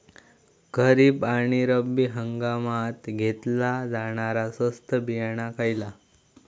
खरीप आणि रब्बी हंगामात घेतला जाणारा स्वस्त बियाणा खयला?